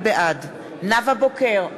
בעד נאוה בוקר,